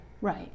Right